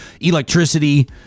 electricity